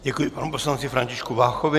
Děkuji panu poslanci Františku Váchovi.